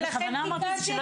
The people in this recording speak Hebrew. ולכן תיקנתי את "מלכישוע",